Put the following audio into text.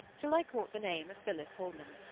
till i caught the name of phillis holman.